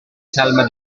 salma